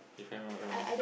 if I'm not wrong